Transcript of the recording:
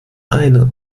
einer